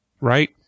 right